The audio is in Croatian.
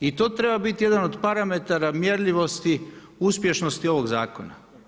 I to treba biti jedan od parametara mjerljivosti uspješnosti ovoga zakona.